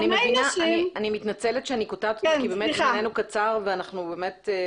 אני מתנצלת שאני קוטעת אותך כי זמננו קצר ואנחנו חייבים לסיים.